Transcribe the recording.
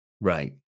right